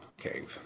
cave